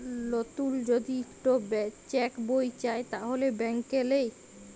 লতুল যদি ইকট চ্যাক বই চায় তাহলে ব্যাংকে লেই